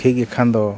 ᱴᱷᱤᱠ ᱜᱮᱠᱷᱟᱱ ᱫᱚ